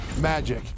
Magic